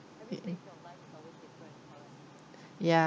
ya